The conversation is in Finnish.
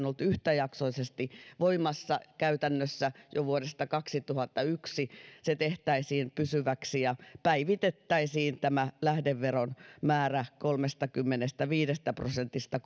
ollut yhtäjaksoisesti voimassa käytännössä jo vuodesta kaksituhattayksi se tehtäisiin pysyväksi ja päivitettäisiin lähdeveron määrä kolmestakymmenestäviidestä prosentista